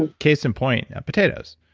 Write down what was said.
and case in point, potatoes.